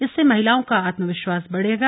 इससे महिलाओं का आत्मविश्वास बढ़ेगा